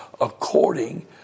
according